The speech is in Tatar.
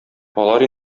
алар